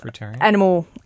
animal